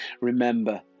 Remember